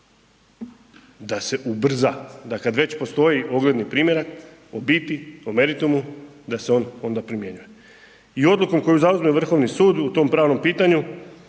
da se ubrza. Da kad već postoji ogledni primjerak o biti, o meritumu da se on onda primjenjuje. I odlukom koju zauzme Vrhovni sud u tom pravnom pitanju,